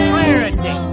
Clarity